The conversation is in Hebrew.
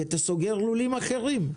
כי אתה סוגר לולים אחרים.